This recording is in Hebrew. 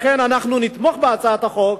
לכן אנחנו נתמוך בהצעת החוק,